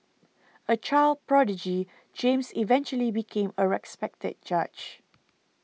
a child prodigy James eventually became a respected judge